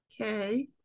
okay